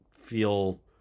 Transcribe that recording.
feel